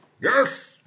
Yes